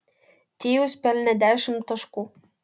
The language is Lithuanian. tyus pelnė dešimt taškų